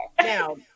Now